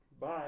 Bye